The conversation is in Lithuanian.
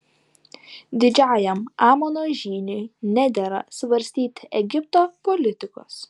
didžiajam amono žyniui nedera svarstyti egipto politikos